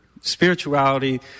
Spirituality